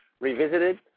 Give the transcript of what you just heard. revisited